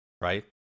right